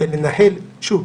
ולנהל שוב,